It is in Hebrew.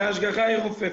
שההשגחה היא רופפת.